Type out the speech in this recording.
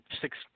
six